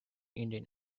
indian